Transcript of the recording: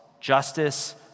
justice